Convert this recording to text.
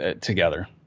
together